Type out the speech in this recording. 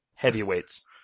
heavyweights